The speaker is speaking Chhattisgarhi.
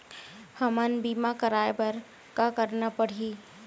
हमन बीमा कराये बर का करना पड़ही?